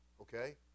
okay